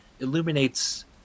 illuminates